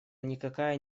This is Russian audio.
никакая